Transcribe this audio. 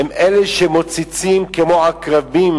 הם אלה שמוצצים כמו עקרבים